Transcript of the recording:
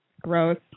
Gross